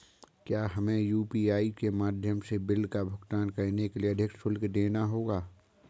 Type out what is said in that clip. क्या हमें यू.पी.आई के माध्यम से बिल का भुगतान करने के लिए अधिक शुल्क देना होगा?